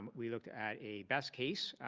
we looked at a best case